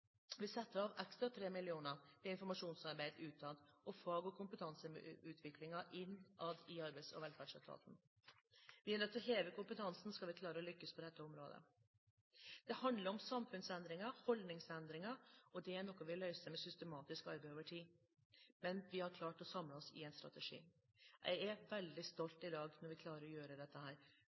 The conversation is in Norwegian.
Vi setter av 3 mill. kr ekstra til informasjonsarbeid utad og fag- og kompetanseutviklingen innad i Arbeids- og velferdsetaten. Vi er nødt til å heve kompetansen skal vi klare å lykkes på dette området. Det handler om samfunnsendringer og holdningsendringer. Det er noe vi løser med systematisk arbeid over tid, men vi har klart å samle oss om en strategi. Jeg er veldig stolt i dag når vi klarer å gjøre dette,